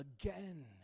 again